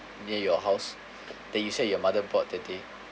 near your house that you say your mother bought that day